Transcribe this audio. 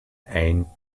ein